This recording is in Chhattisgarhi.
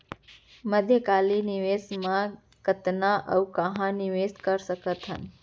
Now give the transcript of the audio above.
मध्यकालीन निवेश म कतना अऊ कहाँ निवेश कर सकत हन?